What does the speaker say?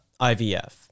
IVF